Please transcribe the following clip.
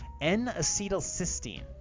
n-acetylcysteine